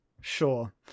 Sure